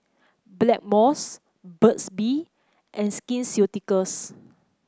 Blackmores Burt's Bee and Skin Ceuticals